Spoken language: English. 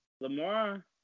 Lamar